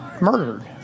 murdered